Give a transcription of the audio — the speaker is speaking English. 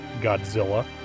Godzilla